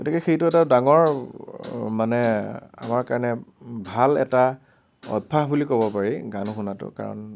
গতিকে সেইটো এটা ডাঙৰ মানে আমাৰ কাৰণে ভাল এটা অভ্য়াস বুলি কব পাৰি গান শুনাটো কাৰণ